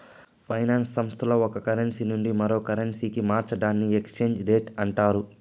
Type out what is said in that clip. finance సంస్థల్లో ఒక currency నుండి మరో కరెన్సీకి మార్చడాన్ని ఎక్స్చేంజ్ రేట్ అంటారు